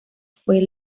fue